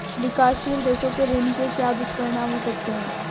विकासशील देशों के ऋण के क्या दुष्परिणाम हो सकते हैं?